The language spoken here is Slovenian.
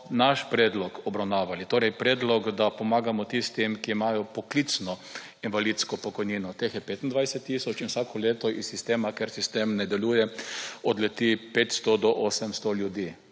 naš predlog obravnavali, torej predlog, da pomagamo tistim, ki imajo poklicno invalidsko pokojnino. Teh je 25 tisoč in vsako leto iz sistema, ker sistem ne deluje, odleti 500 do 800 ljudi.